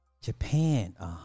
Japan